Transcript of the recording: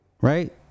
right